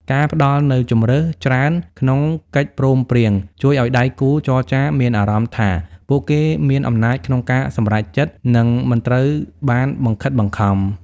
ការផ្តល់នូវ "ជម្រើសច្រើន" ក្នុងកិច្ចព្រមព្រៀង ជួយឱ្យដៃគូចរចាមានអារម្មណ៍ថាពួកគេមានអំណាចក្នុងការសម្រេចចិត្ត និងមិនត្រូវបានបង្ខិតបង្ខំ។